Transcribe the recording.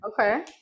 Okay